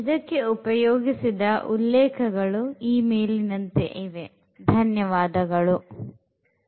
ಇದಕ್ಕೆ ಉಪಯೋಗಿಸಿದ ಉಲ್ಲೇಖಗಳು ಈ ಮೇಲಿನಂತೆ ಇವೆ